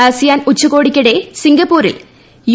ASEAN ഉച്ചകോടിക്കിടെ സിംഗപ്പൂരിൽ U